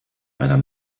einer